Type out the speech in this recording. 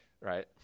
right